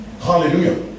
Hallelujah